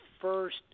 first